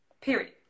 period